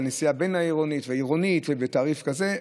לנסיעה בין-עירונית ועירונית ובתעריף כזה וכזה.